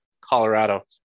Colorado